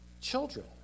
children